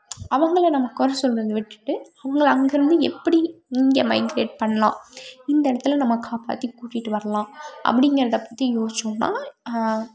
அவங்களை நம்ம குறை சொல்கிறத விட்டுவிட்டு அவங்களை அங்கிருந்து எப்படி இங்கே மைக்ரேட் பண்ணலாம் இந்த இடத்துல நம்ம காப்பாற்றி கூட்டிகிட்டு வரலாம் அப்படிங்குறத பற்றி யோசித்தோம்னா